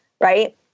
right